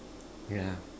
yeah